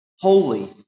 holy